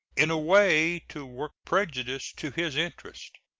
in a way to work prejudice to his interest.